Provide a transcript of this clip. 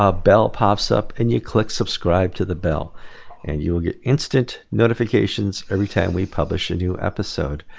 ah bell pops up, and you click subscribe to the bell and you will get instant notifications every time we publish a new episode